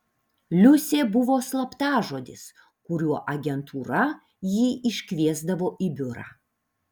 liusė buvo slaptažodis kuriuo agentūra jį iškviesdavo į biurą